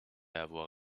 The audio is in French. avoir